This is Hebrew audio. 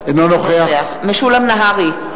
אינו נוכח משולם נהרי,